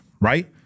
right